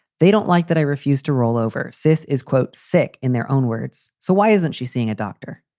they don't like that. i refuse to roll over. sis is, quote, sick in their own words. so why isn't she seeing a doctor?